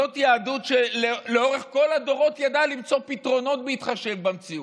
זאת היהדות שלאורך כל הדורות ידעה למצוא פתרונות בהתחשב במציאות?